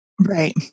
Right